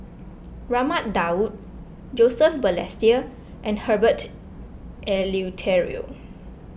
Raman Daud Joseph Balestier and Herbert Eleuterio